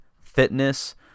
fitness